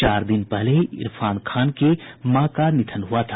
चार दिन पहले ही इरफान खान की मां का निधन हुआ था